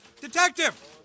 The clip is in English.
Detective